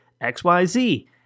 XYZ